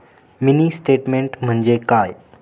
Mini statement म्हणजे काय?